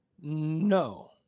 No